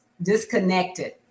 disconnected